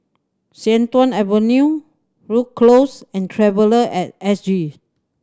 Sian Tuan Avenue Rhu Cross and Traveller At S G